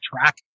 track